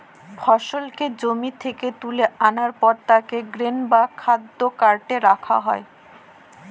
ফসলকে জমি থেকে তুলে আনার পর তাকে গ্রেন বা খাদ্য কার্টে রাখা হয়